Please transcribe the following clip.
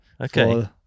okay